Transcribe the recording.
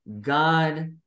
god